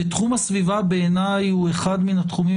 תחום הסביבה בעיני הוא אחד מן התחומים